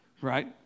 right